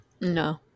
No